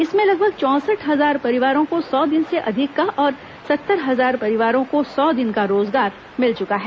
इसमें लगभग चौसठ हजार परिवारों को सौ दिन से अधिक का और सत्तर हजार परिवारों को सौ दिन का रोजगार मिल चुका है